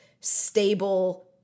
stable